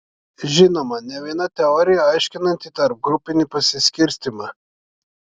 žinoma ne viena teorija aiškinanti tarpgrupinį pasiskirstymą